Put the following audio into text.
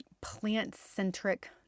plant-centric